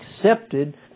accepted